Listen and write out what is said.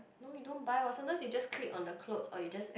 no you don't buy what sometimes you just click on the clothes or you just